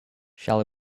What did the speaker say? shall